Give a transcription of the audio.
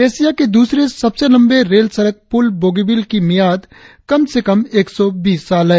Asia के दूसरे सबसे लंबे रेल सड़क पुल बोगीबिल की मियाद कम से कम एक सौ बीस साल है